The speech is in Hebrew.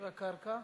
והקרקע?